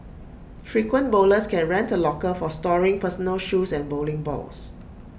frequent bowlers can rent A locker for storing personal shoes and bowling balls